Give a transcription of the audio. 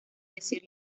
decir